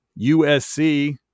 USC